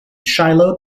shiloh